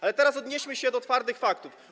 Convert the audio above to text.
Ale teraz odnieśmy się do twardych faktów.